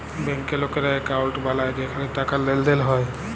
ব্যাংকে লকেরা একউন্ট বালায় যেখালে টাকার লেনদেল হ্যয়